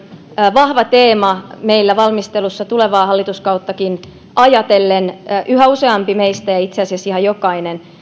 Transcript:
vahva teema valmistelussa tulevaa hallituskauttakin ajatellen yhä useampi meistä ja itse asiassa ihan jokainen